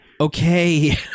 okay